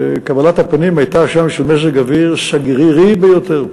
קבלת הפנים שם הייתה של מזג אוויר סגרירי ביותר.